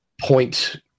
point